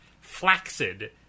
flaccid